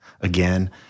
again